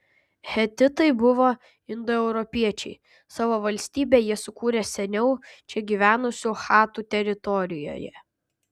hetitai buvo indoeuropiečiai savo valstybę jie sukūrė seniau čia gyvenusių chatų teritorijoje